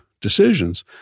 decisions